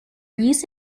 use